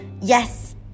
Yes